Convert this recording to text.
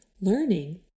Learning